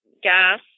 gas